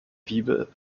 wiebe